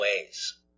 ways